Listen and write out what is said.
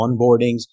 onboardings